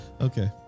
Okay